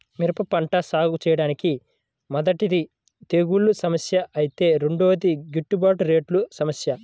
మిరప పంట సాగుచేయడానికి మొదటిది తెగుల్ల సమస్య ఐతే రెండోది గిట్టుబాటు రేట్ల సమస్య